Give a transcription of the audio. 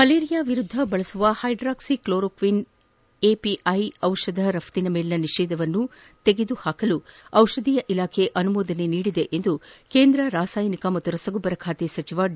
malaria ವಿರುದ್ದ ಬಳಸುವ hydroxychloroquine API ದಿಷಧದ ರಪ್ತಿನ ಮೇಲಿನ ನಿಷೇಧವನ್ನು ತೆಗೆದುಹಾಕಲು ದಿಷಧೀಯ ಇಲಾಖೆ ಅನುಮೋದನೆ ನೀಡಿದೆ ಎಂದು ಕೇಂದ್ರ ರಾಸಾಯನಿಕ ಮತ್ತು ರಸಗೊಬ್ಲರ ಖಾತೆ ಸಚಿವ ಡಿ